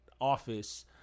office